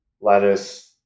lettuce